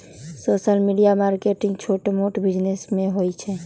social media marketing छोट मोट business में होई छई